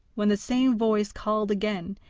when the same voice called again,